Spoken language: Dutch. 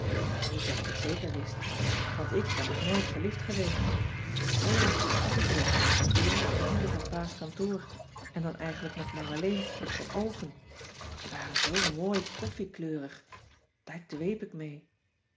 niet dat ik het zeker wist want ik ben nog nooit verliefd geweest o ja toch een keer op den jongsten bediende van pa's kantoor en dan eigenlijk nog maar alleen op zijn oogen want die waren zoo mooi koffiekleurig daar dweep ik mee